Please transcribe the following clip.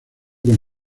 con